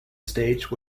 stage